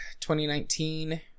2019